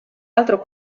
altro